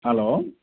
hello